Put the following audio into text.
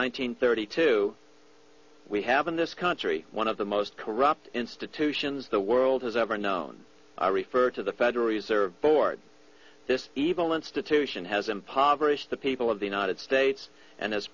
hundred thirty two we have in this country one of the most corrupt institutions the world has ever known i refer to the federal reserve board this evil institution has impoverished the people of the united states and has